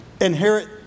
inherit